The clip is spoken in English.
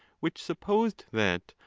which supposed that,